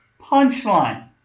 punchline